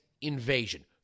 invasion